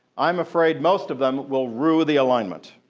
i'm afraid most of them will rue the alignment.